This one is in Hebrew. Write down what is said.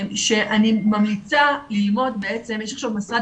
שאני ממליצה ללמוד בעצם יש עכשיו משרד